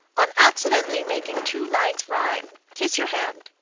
on accidentally making two lines rhyme, kiss your hand,